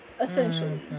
essentially